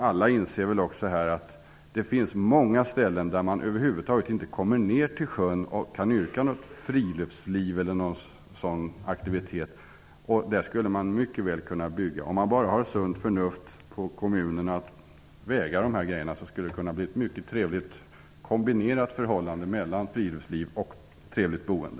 Alla inser väl att det finns många ställen där man över huvud taget inte kommer ner till sjön och kan idka något friluftsliv eller någon sådan aktivitet. Där skulle man mycket väl kunna bygga. Om kommunerna bara har sunt förnuft att väga dessa saker mot varandra skulle det kunna bli ett mycket trevligt kombinerat förhållande mellan friluftsliv och boende.